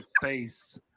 face